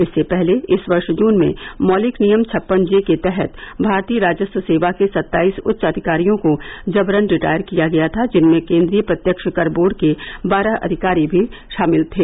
इससे पहले इस वर्ष जून में मौलिक नियम छप्पन जे के तहत भारतीय राजस्व सेवा के सत्ताईस उच्च अधिकारियों को जबरन रिटायर किया गया था जिनमें केन्द्रीय प्रत्यक्ष कर बोर्ड के बारह अधिकारी भी थे